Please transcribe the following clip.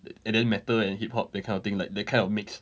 and then metal and hip hop that kind of thing like that kind of mix